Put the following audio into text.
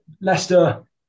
Leicester